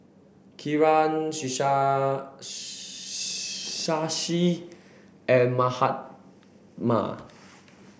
Kiran Shashi and Mahatma